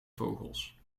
vogels